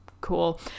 cool